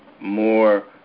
more